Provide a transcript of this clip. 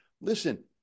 listen